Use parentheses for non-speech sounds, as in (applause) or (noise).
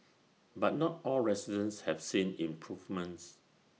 (noise) but not all residents have seen improvements